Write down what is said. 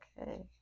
okay